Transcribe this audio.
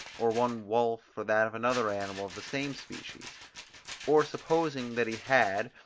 or one wolf for that of another animal of the same species or supposing that he had,